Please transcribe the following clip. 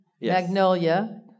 Magnolia